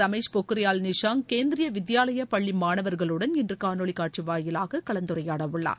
ரமேஷ் பொக்ரியால் நிஷாங் கேந்திரிய வித்பாலயா பள்ளி மாணவர்களுடன் இன்று காணொலி காட்சி வாயிலாக கலந்துரையாடவுள்ளார்